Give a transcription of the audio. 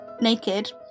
naked